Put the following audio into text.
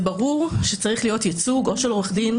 ברור שצריך להיות ייצוג או של עורך דין,